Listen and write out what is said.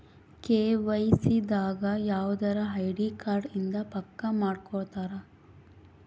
KYC ದಾಗ ಯವ್ದರ ID card ಇಂದ ಪಕ್ಕ ಮಾಡ್ಕೊತರ